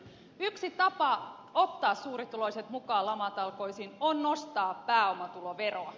yksi tapa ottaa suurituloiset mukaan lamatalkoisiin on nostaa pääomatuloveroa